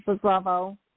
Bravo